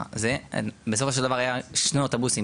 בסופו של דבר היו שני אוטובוסים,